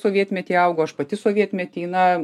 sovietmety augo aš pati sovietmety na